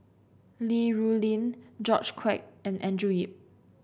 Li Rulin George Quek and Andrew Yip